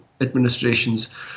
administration's